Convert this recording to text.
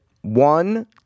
One